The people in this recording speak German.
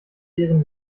ihren